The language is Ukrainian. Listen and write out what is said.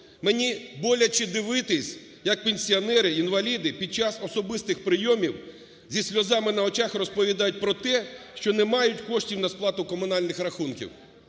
Мені боляче дивитись, як пенсіонери, інваліди під час особистих прийомів, зі сльозами на очах, розповідають про те, що не мають коштів на сплату комунальних рахунків.